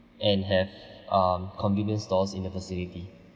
and have um convenience stores in the facility